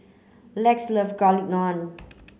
Lex loves garlic naan